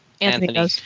Anthony